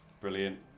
Brilliant